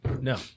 No